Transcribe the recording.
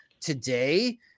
today